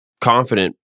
confident